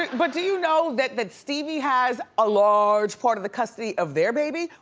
but do you know that that stevie has a large part of the custody of their baby?